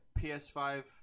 PS5